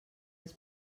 els